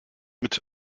mit